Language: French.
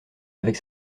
avec